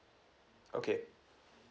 okay